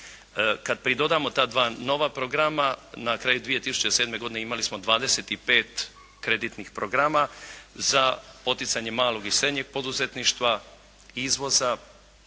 Kada pridodamo ta dva nova programa na kraju 2007. godine imali smo 25 kreditnih programa za poticanje malog i srednjeg poduzetništva, izvoza,